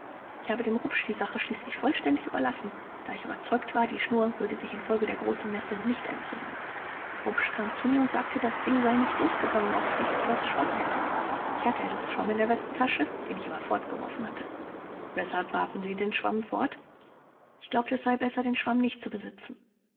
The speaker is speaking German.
ich habe dem rupsch die sache schließlich vollständig überlassen da ich überzeugt war die schnur würde sich infolge der großen nässe nicht entzünden rupsch kam zu mir und sagte das ding sei nicht losgegangen ob ich nicht etwas schwamm hätte ich hatte etwas schwamm in der westentasche den ich aber fortgeworfen hatte vors weshalb warfen sie den schwamm fort küchler ich glaubte es sei besser den schwamm nicht zu besitzen